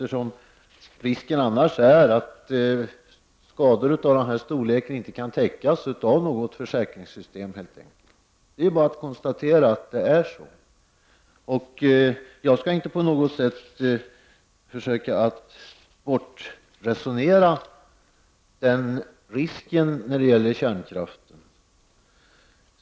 Risken är annars att skador av den storleksordningen inte kan täckas av något försäkringssystem. Det är bara att konstatera att så är fallet. Jag skall inte på något sätt försöka att bortresonera denna risk som är förenad med kärnkraften.